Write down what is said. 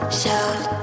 shout